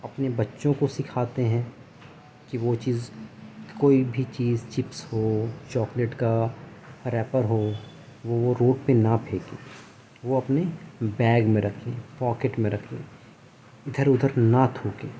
اپنے بچوں کو سکھاتے ہیں کہ وہ چیز کوئی بھی چیز چپس ہو چاکلیٹ کا ریپر ہو وہ وہ روڈ پہ نہ پھینکیں وہ اپنے بیگ میں رکھیں پاکٹ میں رکھیں ادھر ادھر نہ تھوکیں